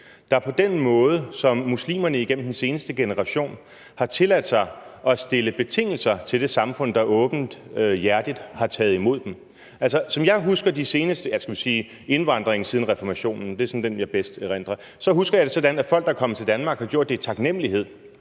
der på den måde som muslimerne igennem den seneste generation har tilladt sig at stille betingelser til det samfund, der åbenhjertigt har taget imod dem? Som jeg husker indvandringen siden reformationen, det er sådan den, jeg bedst erindrer, husker jeg det sådan, at folk, der er kommet til Danmark, er kommet i taknemlighed